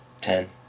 Ten